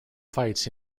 fights